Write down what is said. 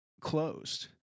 closed